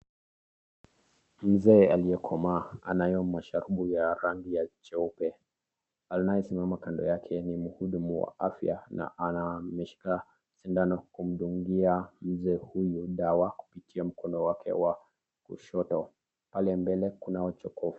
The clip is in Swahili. Mzee aliyekomaa anayo masharubu ya rangi ya jeupe anayesimama kando yake ni mhudumu wa afya na ameshika sindano kumdungia mzee huyu dawa kupitia mkono wake wa kushoto pale mbele kuna.